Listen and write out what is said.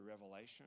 revelation